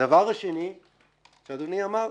הדבר השני שאדוני אמר,